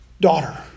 daughter